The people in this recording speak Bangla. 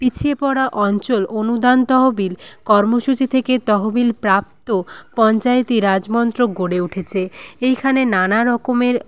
পিছিয়ে পরা অঞ্চল অনুদান তহবিল কর্মসূচি থেকে তহবিল প্রাপ্ত পঞ্চায়েতে রাজমন্ত্রক গড়ে উঠেছে এইখানে নানা রকমের